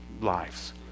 lives